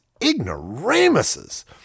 ignoramuses